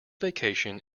vacation